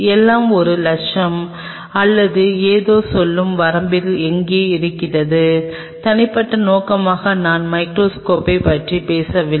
எல்லாம் ஒரு லட்சம் அல்லது ஏதோ சொல்லும் வரம்பில் எங்கோ இருக்கிறது தனிப்பட்ட நோக்கமாக நான் மைகிரோஸ்கோப்பைப் பற்றி பேசவில்லை